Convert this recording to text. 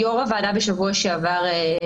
חשוב לנו כמערכת בריאות להתארגן,